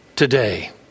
today